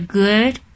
good